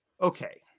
Okay